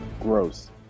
gross